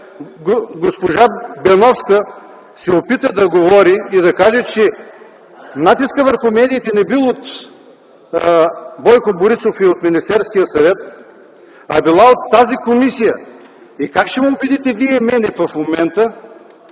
госпожа Беновска се опита да говори и каза, че натискът върху медиите не бил от Бойко Борисов и от Министерския съвет, а бил от тази комисия. Е, как ще ме убедите в момента,